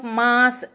mass